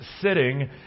sitting